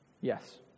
Yes